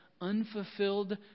unfulfilled